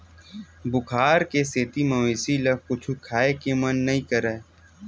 बुखार के सेती मवेशी ल कुछु खाए के मन नइ करय